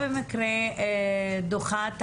במקרה דוחה את